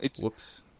Whoops